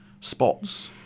spots